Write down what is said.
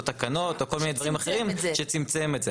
תקנות או כל מיני דברים אחרים שצמצם את זה.